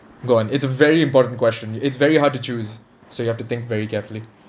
go on it's a very important question it's very hard to choose so you have to think very carefully